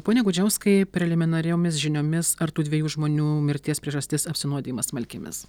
pone gudžiauskai preliminariomis žiniomis ar tų dviejų žmonių mirties priežastis apsinuodijimas smalkėmis